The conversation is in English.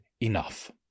enough